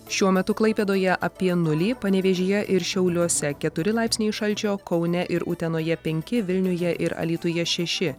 šiuo metu klaipėdoje apie nulį panevėžyje ir šiauliuose keturi laipsniai šalčio kaune ir utenoje penki vilniuje ir alytuje šeši